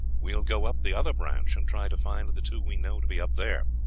we will go up the other branch, and try to find the two we know to be up there.